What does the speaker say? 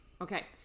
Okay